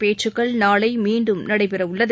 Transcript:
பேச்சுக்கள் நாளைமீண்டும் நடைபெறவுள்ளது